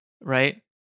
right